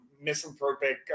Misanthropic